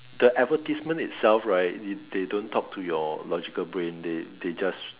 the advertisement itself right it they don't talk to your logical brain they they just